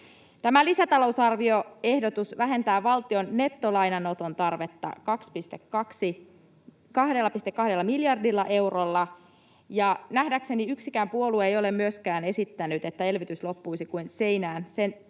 Tämä lisätalousarvioehdotus vähentää valtion nettolainanoton tarvetta 2,2 miljardilla eurolla, ja nähdäkseni yksikään puolue ei ole myöskään esittänyt, että elvytys loppuisi kuin seinään. Sen tiimoilta